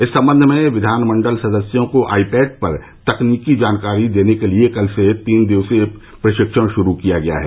इस सम्बंध में विधानमण्डल सदस्यों को आई पैड पर तकनीकी जानकारी देने के लिए कल से तीन दिवसीय प्रशिक्षण श्रू किया गया है